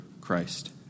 Christ